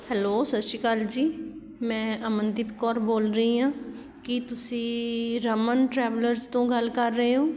hello ਸਤਿ ਸ਼੍ਰੀ ਅਕਾਲ ਜੀ ਮੈਂ ਅਮਨਦੀਪ ਕੌਰ ਬੋਲ ਰਹੀ ਹਾਂ ਕੀ ਤੁਸੀਂ ਰਮਨ ਟਰੈਵਲਰਜ਼ ਤੋਂ ਗੱਲ ਕਰ ਰਹੇ ਹੋ